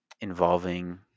involving